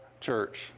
church